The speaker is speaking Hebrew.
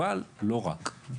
אבל לא רק.